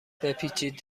بپیچید